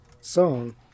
song